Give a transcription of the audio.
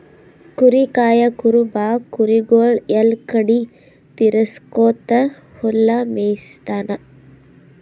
ಕುರಿ ಕಾಯಾ ಕುರುಬ ಕುರಿಗೊಳಿಗ್ ಎಲ್ಲಾ ಕಡಿ ತಿರಗ್ಸ್ಕೊತ್ ಹುಲ್ಲ್ ಮೇಯಿಸ್ತಾನ್